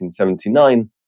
1979